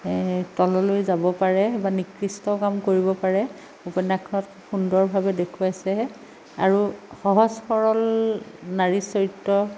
তললৈ যাব পাৰে বা নিকৃষ্ট কাম কৰিব পাৰে উপন্য়াসখনত সুন্দৰভাৱে দেখুৱাইছে আৰু সহজ সৰল নাৰীৰ চৰিত্ৰ